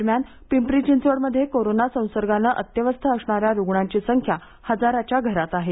दरम्यान पिंपरी चिंचवडमध्ये कोरोना संसर्गाने अत्यवस्थ असणाऱ्या रुग्णांची संख्या हजाराच्या घरात आहे